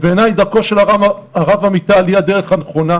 בעיניי, דרכו של הרב עמיטל היא הדרך הנכונה.